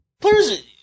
Players